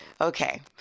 okay